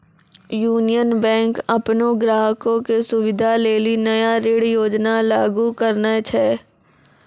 union Bank अपनो ग्राहको के सुविधा लेली नया ऋण योजना लागू करने छै